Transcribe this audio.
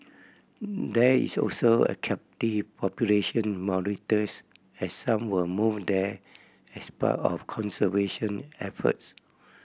there is also a captive population in Mauritius as some were moved there as part of conservation efforts